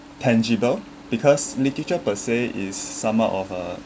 tangible because literature per se is some what of a